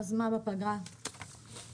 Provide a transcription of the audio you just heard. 11:21.